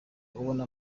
ubona